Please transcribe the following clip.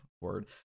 word